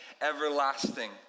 everlasting